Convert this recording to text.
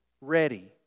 ready